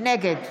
נגד